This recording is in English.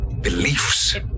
beliefs